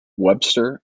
webster